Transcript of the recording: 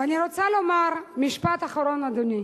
ואני רוצה לומר משפט אחרון, אדוני.